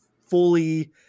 fully